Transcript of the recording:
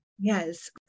Yes